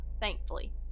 thankfully